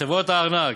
חברות הארנק,